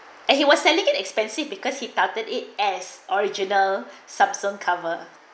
and he was selling it expensive because he started it as original samsung cover